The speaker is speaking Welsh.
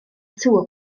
tŵr